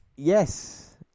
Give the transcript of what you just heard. Yes